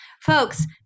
folks